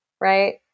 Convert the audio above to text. right